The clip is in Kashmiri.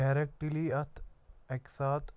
ڈٮ۪رٮ۪کٹِلی اَتھ اَکہِ ساتہٕ